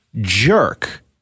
jerk